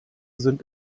sind